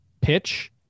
pitch